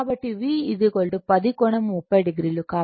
కాబట్టి V 10 కోణం 30 o